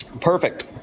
Perfect